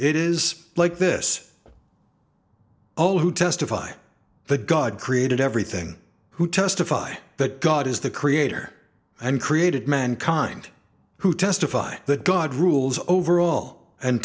it is like this all who testify that god created everything who testify that god is the creator and created mankind who testify that god rules over all and